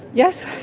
yes.